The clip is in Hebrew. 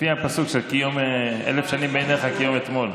לפי הפסוק של "אלף שנים בעיניך כיום אתמול".